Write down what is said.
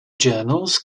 journals